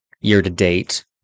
year-to-date